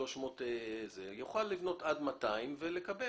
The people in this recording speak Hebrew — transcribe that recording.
300 שירות - הוא יוכל לבנות עד 200 ולקבל